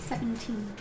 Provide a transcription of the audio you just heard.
Seventeen